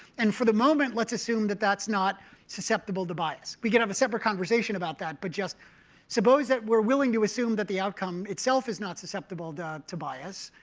and for the moment, let's assume that that's not susceptible to bias. we can have a separate conversation about that. but just suppose that we're willing to assume that the outcome itself is not susceptible to bias.